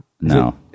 No